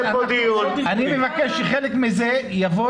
אני מבקש שחלק מזה יבוא